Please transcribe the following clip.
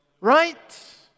right